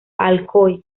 alcoy